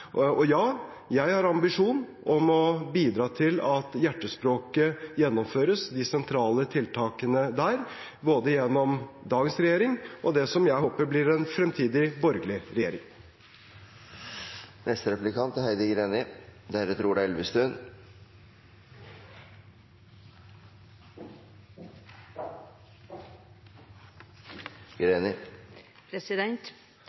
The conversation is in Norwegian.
Og ja, jeg har ambisjon om å bidra til at de sentrale tiltakene i Hjertespråket gjennomføres – både gjennom dagens regjering og gjennom det som jeg håper blir en fremtidig borgerlig regjering. Sametinget er